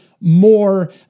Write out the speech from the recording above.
more